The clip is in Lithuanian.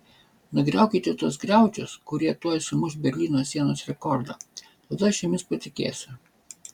nugriaukite tuos griaučius kurie tuoj sumuš berlyno sienos rekordą tada aš jumis patikėsiu